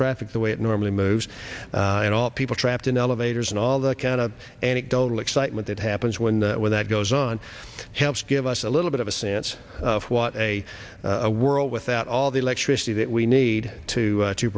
traffic the way it normally moves and all people trapped in elevators and all that kind of anecdotal excitement that happens when that goes on helps give us a little bit of a sense of what a world without all the electricity that we need to